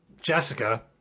Jessica